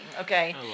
okay